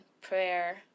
prayer